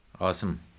Awesome